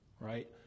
right